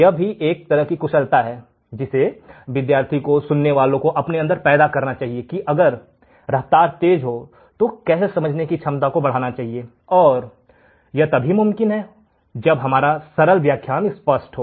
यह भी एक एक तरह की कुशलता है जिसे विद्यार्थियों को सुनने वालों को अपने अंदर पैदा करना चाहिए कि अगर रफ्तार तेज हो तो हमें अपने समझने की क्षमता को भी बढ़ाना चाहिए और यह तभी मुमकिन है जब हमारा सरल व्याख्यान स्पष्ट हो